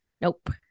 Nope